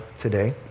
today